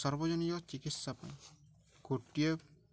ସର୍ବଜନୀୟ ଚିକିତ୍ସା ପାଇଁ ଗୋଟିଏ